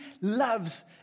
loves